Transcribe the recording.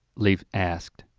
leaf asked.